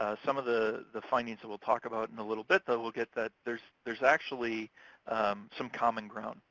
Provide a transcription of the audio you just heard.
ah some of the the findings that we'll talk about in a little bit that we'll get that there's there's actually some common ground.